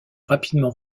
rapidement